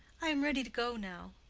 i am ready to go now.